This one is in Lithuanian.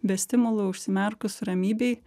be stimulų užsimerkus ramybėj